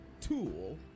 tool